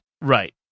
Right